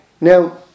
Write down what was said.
Now